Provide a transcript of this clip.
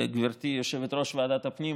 וגברתי יושבת-ראש ועדת הפנים,